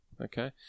Okay